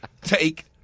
take